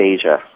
Asia